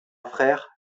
frère